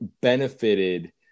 benefited